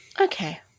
Okay